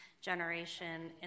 generation